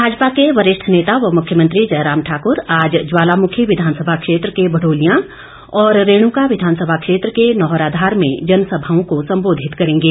भाजपा के वरिष्ठ नेता व मुख्यमंत्री जयराम ठाकुर ज्वालामुखी विधानसभा क्षेत्र के भडोलियां और रेणुका विधानसभा क्षेत्र के नौहराधार में जनसभाओं को संबोधित करेंगे